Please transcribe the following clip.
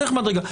צריך מדרגה.